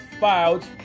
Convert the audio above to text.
filed